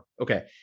Okay